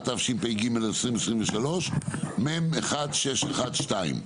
התשפ"ג-2023, מ/1612.